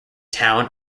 town